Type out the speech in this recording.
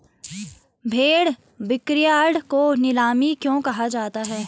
भेड़ बिक्रीयार्ड को नीलामी क्यों कहा जाता है?